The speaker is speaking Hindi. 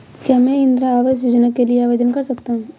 क्या मैं इंदिरा आवास योजना के लिए आवेदन कर सकता हूँ?